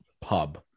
pub